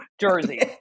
Jersey